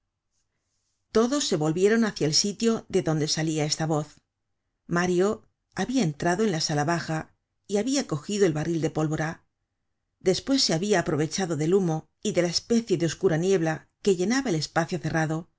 todos se volvieron hacia el sitio de donde salia esta voz mario habia entrado en la sala baja y labia cogido el barril de pólvora despues se habia aprovechado del humo y de la especie de oscura niebla que llenaba el espacio cerrado